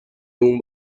اون